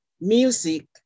music